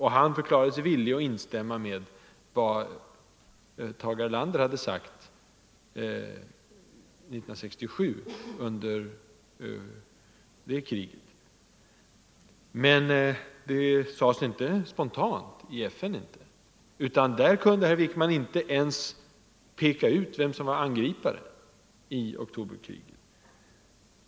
Han förklarade sig villig att instämma i vad Tage Erlander hade sagt under sexdagarskriget 1967. Men det sades inte spontant i FN. Där kunde herr Wickman inte ens peka ut vem som var angripare i oktoberkriget.